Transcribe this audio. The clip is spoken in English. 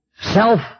self